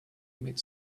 mid